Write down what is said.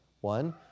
one